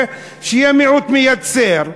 שיהיה מיעוט מייצר,